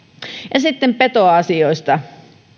ja sitten petoasioista